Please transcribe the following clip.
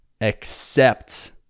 accept